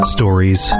Stories